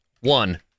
one